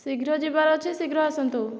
ଶୀଘ୍ର ଯିବାର ଅଛି ଶୀଘ୍ର ଆସନ୍ତୁ